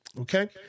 okay